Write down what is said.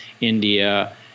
India